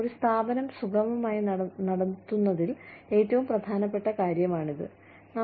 ഒരു സ്ഥാപനം സുഗമമായി നടത്തുന്നതിൽ ഏറ്റവും പ്രധാനപ്പെട്ട കാര്യം ഇതാണ്